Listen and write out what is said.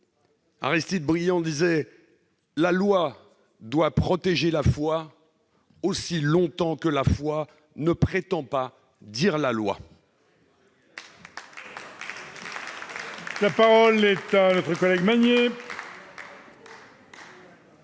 d'Aristide Briand :« La loi doit protéger la foi aussi longtemps que la foi ne prétend pas dire la loi.